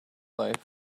life